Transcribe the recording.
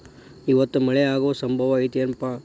ಇವತ್ತ ಮಳೆ ಆಗು ಸಂಭವ ಐತಿ ಏನಪಾ?